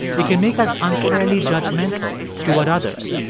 it can make us unfairly judgmental toward others.